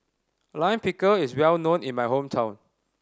Lime Pickle is well known in my hometown